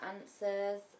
answers